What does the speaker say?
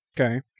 Okay